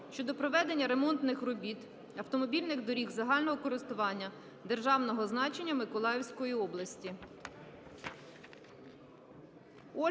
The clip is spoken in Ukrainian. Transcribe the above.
щодо проведення ремонтних робіт автомобільних доріг загального користування державного значення Миколаївської області.